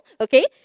okay